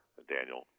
Daniel